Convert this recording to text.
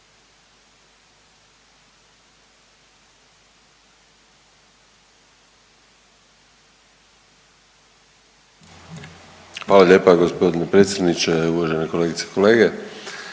Hvala lijepa gospodine predsjedniče. Uvažene kolegice i kolege,